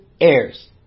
heirs